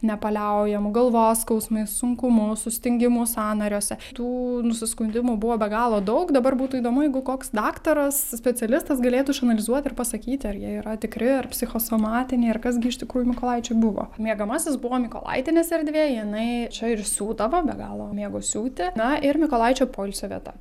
nepaliaujamu galvos skausmais sunkumu sustingimu sąnariuose tų nusiskundimų buvo be galo daug dabar būtų įdomu jeigu koks daktaras specialistas galėtų išanalizuoti ir pasakyti ar jie yra tikri ar psichosomatiniai ar kas gi iš tikrųjų mykolaičiui buvo miegamasis buvo mykolaitienės erdvė jinai čia ir siūdavo be galo mėgo siūti na ir mykolaičio poilsio vieta